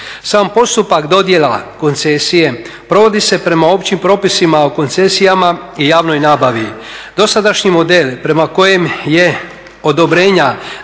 Sam postupak dodjela koncesije provodi se prema općim propisima o koncesijama i javnoj nabavi. Dosadašnji model prema kojem je odobrenja